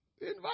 Invite